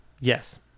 Yes